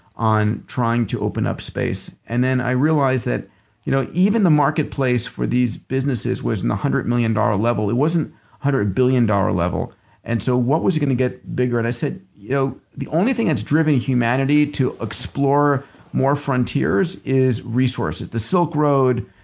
on trying to open up space. and then i realized that you know even the marketplace for these businesses was in the hundred million dollar level. it wasn't hundred billion dollar level and so what was going to get bigger? and i said you know the only thing that's driven humanity to explore more frontiers is resources. the silk road,